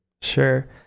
sure